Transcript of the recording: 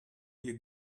hear